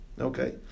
Okay